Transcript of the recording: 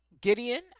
Gideon